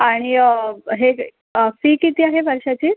आणि हे फी किती आहे वर्षाची